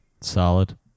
Solid